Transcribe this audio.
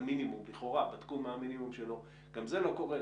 המינימום לכאורה בדקו מה המינימום שלו גם זה לא קורה.